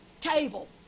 table